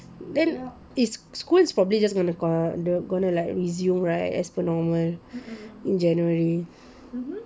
then is school is probably just gonna require the gonna like resume right as per normal in january